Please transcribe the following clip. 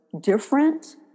different